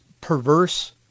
perverse